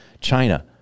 China